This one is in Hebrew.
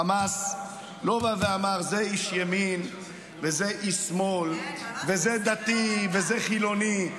חמאס לא בא ואמר: זה איש ימין וזה איש שמאל וזה דתי וזה חילוני.